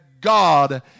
God